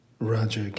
Roger